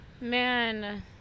man